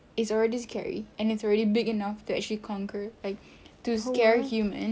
is already scary and it's already big enough to actually conquer like to scare humans